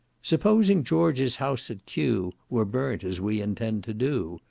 supposing george's house at kew were burnt, as we intend to do,